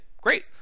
great